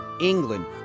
England